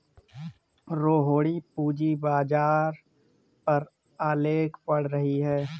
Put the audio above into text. रोहिणी पूंजी बाजार पर आलेख पढ़ रही है